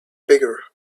bigger